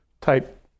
type